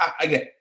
again